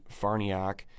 Farniak